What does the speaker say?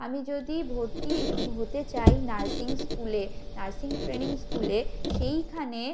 আমি যদি ভর্তি হতে চাই নার্সিং স্কুলে নার্সিং ট্রেনিং স্কুলে সেইখানে